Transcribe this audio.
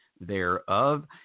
thereof